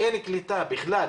אין קליטה בכלל.